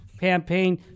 campaign